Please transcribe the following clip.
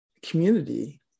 Community